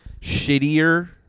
shittier